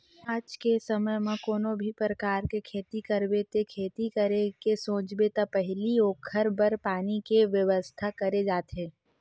आज के समे म कोनो भी परकार के खेती करबे ते खेती करे के सोचबे त पहिली ओखर बर पानी के बेवस्था करे जाथे